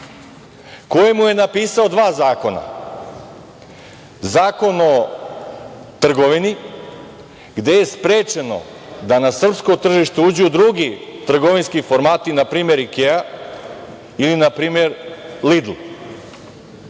koji mu je napisao dva zakona. Zakon o trgovini, gde je sprečeno da na srpsko tržište uđu drugi trgovinski formati, na primer „Ikea“ ili „Lidl“.